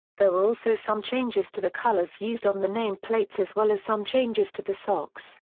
there were also some changes to the colors used on the nameplates as well as some changes to the socks.